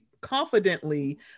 confidently